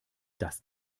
das